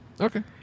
Okay